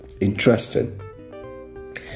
Interesting